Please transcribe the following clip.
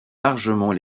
largement